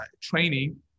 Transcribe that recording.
training